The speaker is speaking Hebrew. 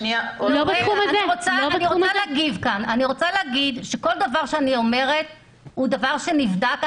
-- אני רוצה להגיד שכל דבר שאני אומרת הוא דבר שנבדק.